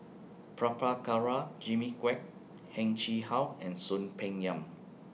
Prabhakara Jimmy Quek Heng Chee How and Soon Peng Yam